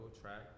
track